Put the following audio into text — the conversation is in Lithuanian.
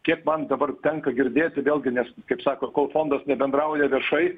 kiek man dabar tenka girdėti vėlgi nes kaip sako kol fondas bendrauja viešai